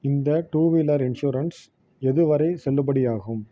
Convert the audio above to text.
இந்த two wheeler insurance எதுவரை செல்லுபடியாகும்